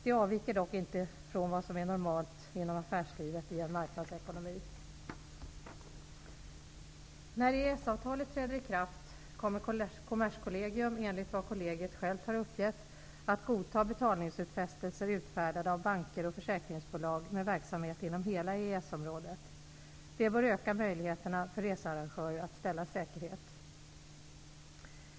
Detta avviker dock inte från vad som normalt gäller inom affärslivet i en marknadsekonomi. Kommerskollegium, enligt vad kollegiet självt har uppgett, att godta betalningsutfästelser utfärdade av banker och försäkringsbolag med verksamhet inom hela EES-området. Detta bör öka möjligheterna för researrangörer att ställa säkerhet.